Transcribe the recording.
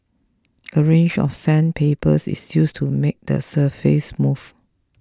a range of sandpapers is used to make the surface smooth